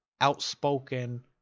outspoken